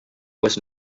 was